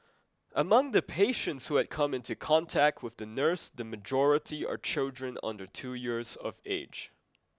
among the patients who had come into contact with the nurse the majority are children under two years of age